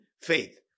faith